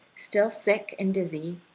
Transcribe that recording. still sick and dizzy,